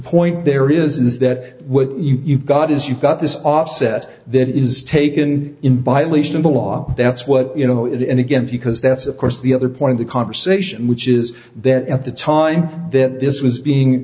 point there is is that you've got is you've got this offset that is taken in violation of the law that's what you know it and again because that's of course the other point of the conversation which is that at the time that this was being